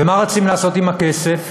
ומה רוצים לעשות עם הכסף?